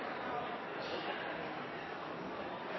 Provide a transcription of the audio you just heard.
jeg kanskje